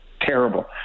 terrible